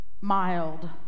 mild